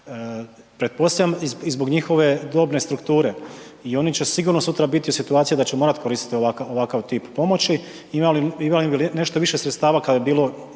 Pretpostavljam i zbog njihove dobne strukture i oni će sigurno sutra biti u situaciju da će morat koristit ovakav, ovakav tip pomoći. Imali, imali bi nešto više sredstava kad bi bilo